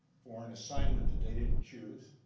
for and assignment that they didn't choose